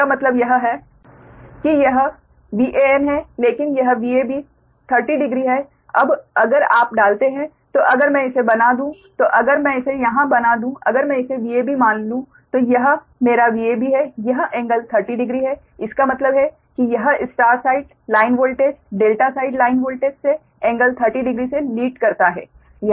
इसका मतलब यह है कि यह VAn है लेकिन यह VAB 30 डिग्री है अब अगर आप डालते हैं तो अगर मैं इसे बना दूं तो अगर मैं इसे यहां बना दूं अगर मैं इसे VAB मान लूं तो यह मेरा VAB है यह एंगल 30 डिग्री है इसका मतलब है कि यह star side line voltage delta side line voltage से एंगल 30 डिग्री से लीड करता है